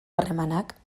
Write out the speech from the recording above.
harremanak